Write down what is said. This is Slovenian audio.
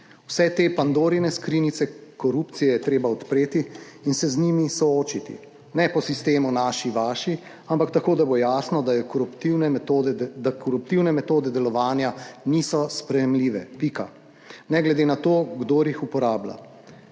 Vse te Pandorine skrinjice korupcije je treba odpreti in se z njimi soočiti, ne po sistemu naši - vaši, ampak tako, da bo jasno, da koruptivne metode, da koruptivne metode delovanja niso sprejemljive, pika, ne glede na to, kdo jih uporablja,